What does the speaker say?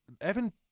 Evan